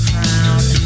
Crown